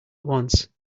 once